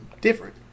different